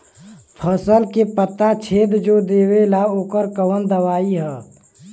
फसल के पत्ता छेद जो देवेला ओकर कवन दवाई ह?